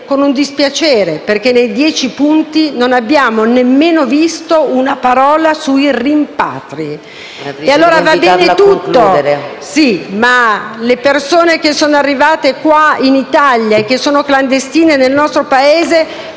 con un dispiacere, perché nei dieci punti non abbiamo trovato una parola sui rimpatri.